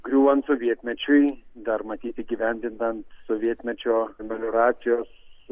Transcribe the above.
griūvant sovietmečiui dar matyt įgyvendinant sovietmečio melioracijos